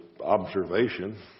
observation